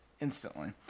Instantly